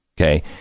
Okay